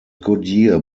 goodyear